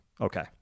Okay